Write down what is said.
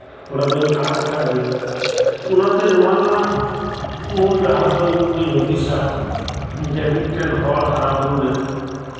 ᱛᱷᱚᱲᱟ ᱫᱩᱧ ᱟᱫ ᱟᱠᱟᱫ ᱜᱮᱭᱟ ᱚᱱᱟ ᱛᱮ ᱱᱚᱣᱟ ᱨᱮᱭᱟᱜ ᱩᱱ ᱰᱟᱦᱟᱨ ᱫᱚ ᱤᱧ ᱦᱩᱫᱤᱥᱟ ᱡᱮ ᱢᱤᱫᱴᱮᱱ ᱦᱚᱲ ᱦᱟᱨᱟ ᱵᱩᱨᱩ ᱨᱮ